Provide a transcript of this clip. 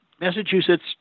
Massachusetts